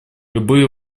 любые